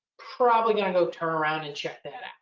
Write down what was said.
probably going to go turn around and check that out.